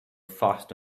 fast